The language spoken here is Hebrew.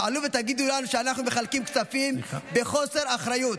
תעלו ותגידו לנו שאנחנו מחלקים כספים בחוסר אחריות?